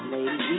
Lady